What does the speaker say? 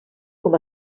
com